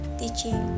teaching